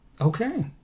Okay